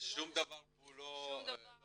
שום דבר פה לא אמיתי.